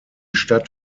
stadt